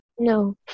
no